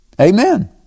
Amen